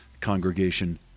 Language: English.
congregation